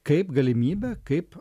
kaip galimybė kaip